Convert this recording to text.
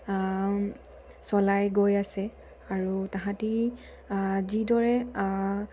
চলাই গৈ আছে আৰু তাহাঁতে যিদৰে